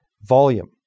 Volume